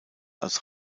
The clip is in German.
als